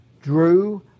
Drew